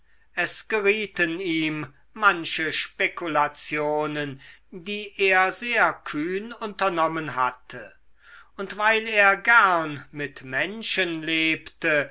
es gerieten ihm manche spekulationen die er sehr kühn unternommen hatte und weil er gern mit menschen lebte